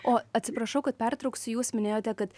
o atsiprašau kad pertrauksiu jūs minėjote kad